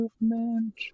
movement